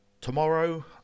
tomorrow